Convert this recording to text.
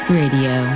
radio